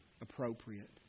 appropriate